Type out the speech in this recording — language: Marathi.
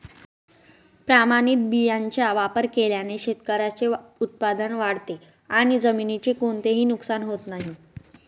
प्रमाणित बियाण्यांचा वापर केल्याने शेतकऱ्याचे उत्पादन वाढते आणि जमिनीचे कोणतेही नुकसान होत नाही